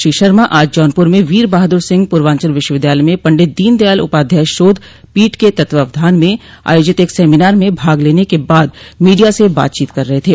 श्री शर्मा आज जौनपुर में वीर बहादुर सिंह पूर्वांचल विश्वविद्यालय में पंडित दीन दयाल उपाध्याय शोध पीठ के तत्वावधान में आयोजित एक सेमिनार में भाग लेने के बाद मीडिया से बातचीत कर रहे थे